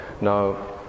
Now